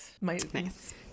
nice